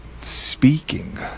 speaking